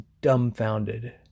dumbfounded